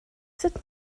sut